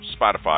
Spotify